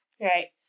right